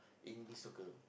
in the soccer